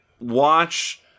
watch